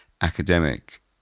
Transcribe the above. academic